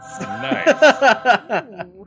Nice